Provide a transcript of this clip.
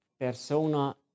persona